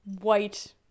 white